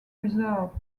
reserve